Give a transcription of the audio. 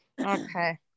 Okay